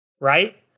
right